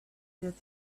that